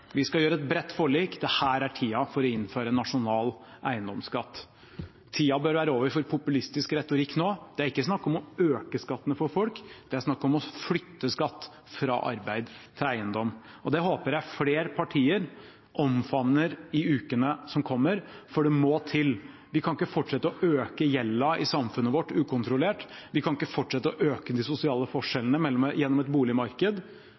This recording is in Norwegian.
vi skal inngå et bredt forlik, dette er tida for å innføre en nasjonal eiendomsskatt. Tida bør nå være over for populistisk retorikk. Det er ikke snakk om å øke skattene for folk, det er snakk om å flytte skatt fra arbeid til eiendom. Det håper jeg flere partier omfavner i ukene som kommer, for det må til. Vi kan ikke fortsette å øke gjelda i samfunnet vårt ukontrollert. Vi kan ikke fortsette å øke de sosiale forskjellene gjennom et boligmarked